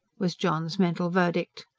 was john's mental verdict.